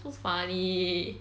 so funny